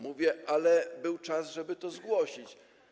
Mówię: Ale był czas, żeby to zgłosić.